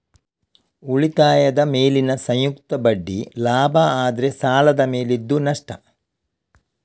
ಉಳಿತಾಯದ ಮೇಲಿನ ಸಂಯುಕ್ತ ಬಡ್ಡಿ ಲಾಭ ಆದ್ರೆ ಸಾಲದ ಮೇಲಿದ್ದು ನಷ್ಟ